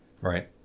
Right